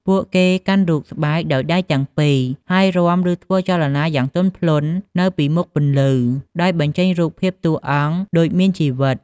ពួកគេកាន់រូបស្បែកដោយដៃទាំងពីរ ហើយរាំ ឬធ្វើចលនាយ៉ាងទន់ភ្លន់នៅពីមុខពន្លឺដោយបញ្ចេញរូបភាពតួអង្គដូចមានជីវិត។